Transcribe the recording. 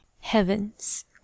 heavens